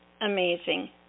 amazing